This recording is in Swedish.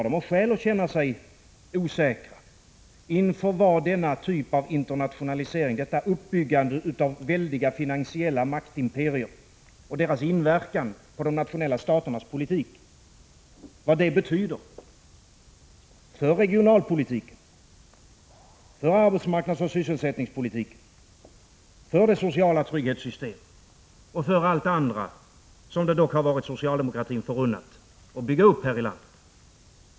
De har skäl att känna sig osäkra inför vad denna internationalisering, detta uppbyggande av väldiga finansiella maktimperier och deras inverkan på de nationella staternas politik betyder för regionalpolitiken, för arbetsmarknadsoch sysselsättningspolitiken, för det sociala trygghetssystemet och för allt det andra som det dock har varit socialdemokratin förunnat att bygga upp här i landet.